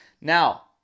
Now